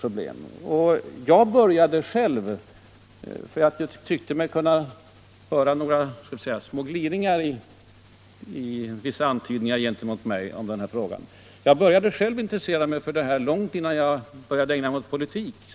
Eftersom jag tyckte mig kunna höra några små gliringar och antydningar gentemot mig i den här frågan, vill jag säga att jag själv intresserade mig för detta långt innan jag började ägna mig åt politik.